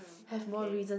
okay